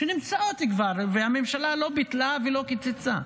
שנמצאות כבר והממשלה לא ביטלה ולא קיצצה,